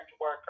worker